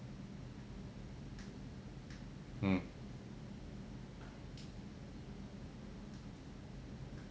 mm